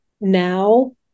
now